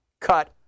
cut